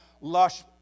lush